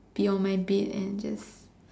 be on my bed and just